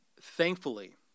thankfully